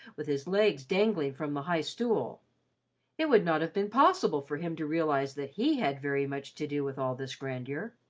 with his legs dangling from the high stool it would not have been possible for him to realise that he had very much to do with all this grandeur.